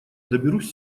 доберусь